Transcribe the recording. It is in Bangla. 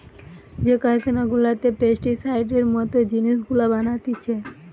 যে কারখানা গুলাতে পেস্টিসাইডের মত জিনিস গুলা বানাতিছে